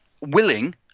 willing